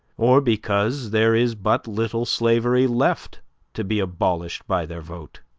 or because there is but little slavery left to be abolished by their vote.